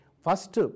first